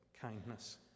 kindness